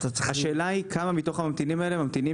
השאלה היא כמה מתוך הממתינים האלה ממתינים